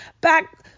back